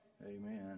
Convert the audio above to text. Amen